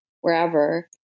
wherever